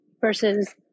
versus